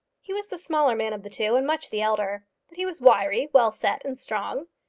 he was the smaller man of the two, and much the elder but he was wiry, well set, and strong.